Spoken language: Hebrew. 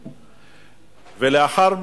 ולאחר,